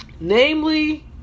Namely